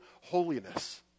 holiness